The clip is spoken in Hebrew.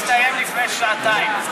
הקבינט הסתיים לפני שעתיים.